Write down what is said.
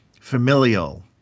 familial